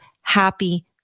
happy